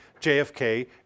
JFK